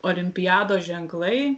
olimpiados ženklai